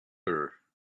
her